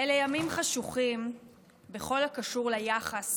אלה ימים חשוכים בכל הקשור ליחס